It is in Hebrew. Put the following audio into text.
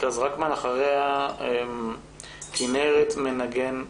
מרכז רקמן, אחריה כנרת מגן אלמליח.